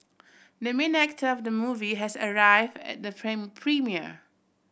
the main actor of the movie has arrived at the premiere